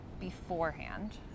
beforehand